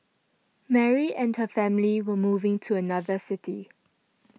Mary and her family were moving to another city